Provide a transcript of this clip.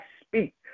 speak